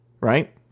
right